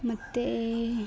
ಮತ್ತು